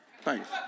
thanks